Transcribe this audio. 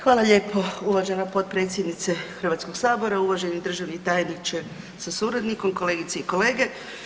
Hvala lijepo, uvažena potpredsjednice Hrvatskog sabora, uvaženi državni tajniče sa suradnikom, kolegice i kolege.